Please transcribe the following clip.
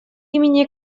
имени